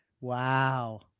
Wow